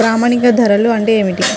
ప్రామాణిక ధరలు అంటే ఏమిటీ?